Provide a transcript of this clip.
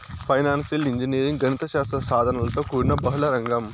financial engineering గణిత శాస్త్ర సాధనలతో కూడిన బహుళ రంగం